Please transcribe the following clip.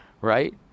right